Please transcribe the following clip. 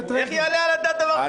איך יעלה על הדעת דבר כזה?